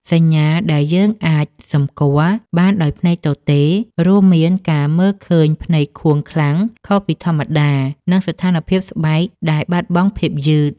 សញ្ញាដែលយើងអាចសម្គាល់បានដោយភ្នែកទទេ រួមមានការមើលឃើញភ្នែកខួងខ្លាំងខុសពីធម្មតា និងស្ថានភាពស្បែកដែលបាត់បង់ភាពយឺត។